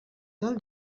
del